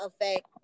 effect